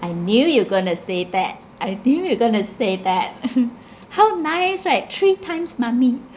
I knew you going to say that I knew you going to say that how nice right three times mummy